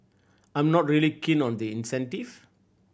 I'm not really keen on the incentive